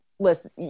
Listen